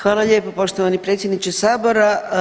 Hvala lijepo poštovani predsjedniče Sabora.